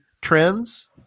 trends